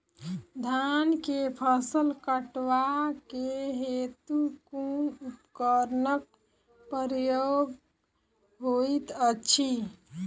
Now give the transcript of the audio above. धान केँ फसल कटवा केँ हेतु कुन उपकरणक प्रयोग होइत अछि?